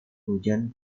hujan